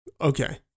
Okay